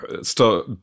start